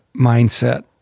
Mindset